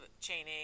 chaining